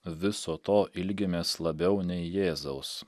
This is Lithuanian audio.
viso to ilgimės labiau nei jėzaus